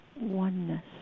oneness